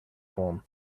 form